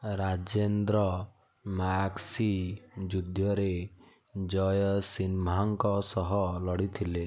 ରାଜେନ୍ଦ୍ର ମାସ୍କି ଯୁଦ୍ଧରେ ଜୟସିମ୍ହାଙ୍କ ସହ ଲଢ଼ିଥିଲେ